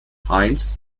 heinz